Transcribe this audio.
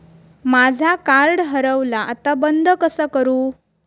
माझा कार्ड हरवला आता बंद कसा करू?